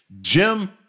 Jim